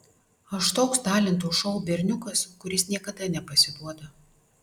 aš toks talentų šou berniukas kuris niekada nepasiduoda